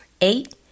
Eight